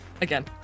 again